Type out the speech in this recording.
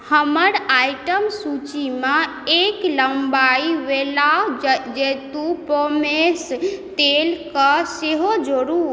हमर आइटम सूचीमे एक लम्बाई वोय्ला जैतून पोमेस तेलकेँ सेहो जोडू